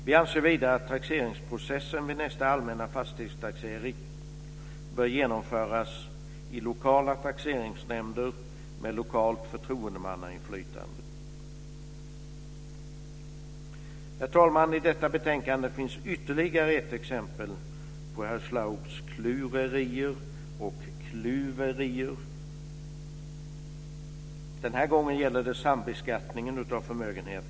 Vi anser vidare att taxeringsprocessen vid nästa allmänna fastighetstaxering bör genomföras i lokala taxeringsnämnder med lokalt förtroendemannainflytande. Herr talman! I detta betänkande finns ytterligare ett exempel på herr Schlaugs klurerier och kluverier. Den här gången gäller det sambeskattningen av förmögenhet.